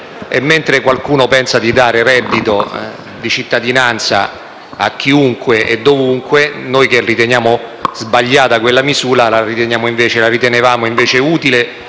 mentre qualcuno pensa di dare un reddito di cittadinanza a chiunque e dovunque, noi, che riteniamo sbagliata quella misura, la ritenevamo invece utile